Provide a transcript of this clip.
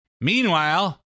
meanwhile